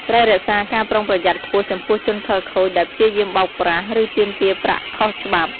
ត្រូវរក្សាការប្រុងប្រយ័ត្នខ្ពស់ចំពោះជនខិលខូចដែលព្យាយាមបោកប្រាស់ ឬទាមទារប្រាក់ខុសច្បាប់។